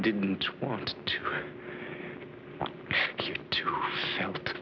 didn't want to to help